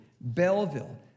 Belleville